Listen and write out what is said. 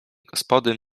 gospody